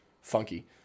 funky